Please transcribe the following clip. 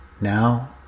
now